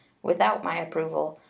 without my approval,